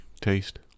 taste